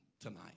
tonight